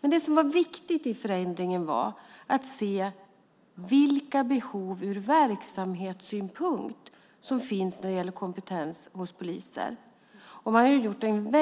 Men det som var viktigt i förändringen var att se vilka behov ur verksamhetssynpunkt som finns när det gäller kompetens hos poliser. Man har gjort en